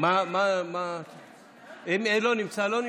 אם אינו נמצא, אינו נמצא.